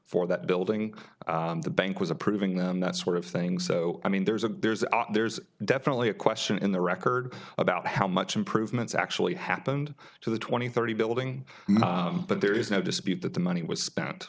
for that building the bank was approving them that sort of thing so i mean there's a there's there's definitely a question in the record about how much improvements actually happened to the twenty thirty building but there is no dispute that the money was spent